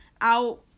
out